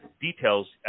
details